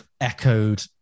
Echoed